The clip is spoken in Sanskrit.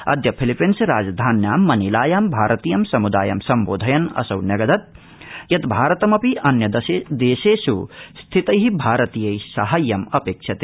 अद्य फिलीपींस राजधान्यां मनीलायां भारतीय सम् ायं सम्बोधयन असौ न्यग ात ायत भारतमपि अन्येग्रेशष् स्थितै भारतीयै साहाय्यं अपेक्ष्यते